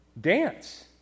dance